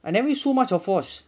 I never show much of course